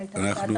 טוב,